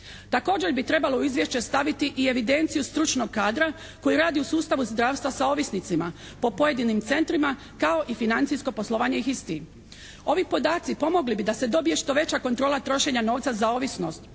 Također bi trebalo u izvješće staviti i evidenciju stručnog kadra koji radi u sustavu zdravstva sa ovisnicima po pojedinim centrima kao i financijsko poslovanje istih. Ovi podaci pomogli bi da se dobije što veća kontrola trošenja novca za ovisnost.